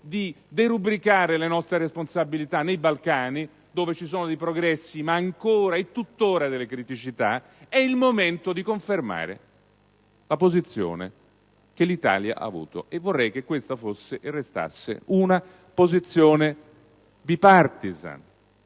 di derubricare le nostre responsabilità nei Balcani, dove ci sono dei progressi ma ancora e tuttora delle criticità. È il momento di confermare la posizione che l'Italia ha avuto finora, e vorrei che questa fosse e restasse una posizione *bipartisan*,